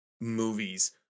movies